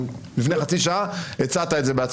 לפני חצי שעה הצעת את זה בעצמך.